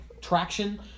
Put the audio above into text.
traction